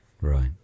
right